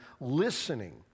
listening